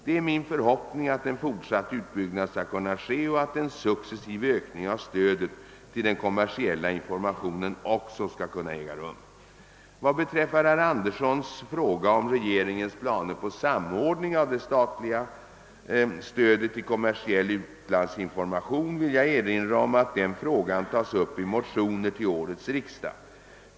Det är min förhoppning att en fortsatt utbyggnad skall kunna ske och att en successiv ökning av stödet till den kommersiella informationen också skall kunna äga rum. Vad beträffar herr Anderssons fråga om regeringens planer på samordning av det statliga stödet till kommersiell utlandsinformation vill jag erinra om att den frågan tas upp i motioner till årets riksdag.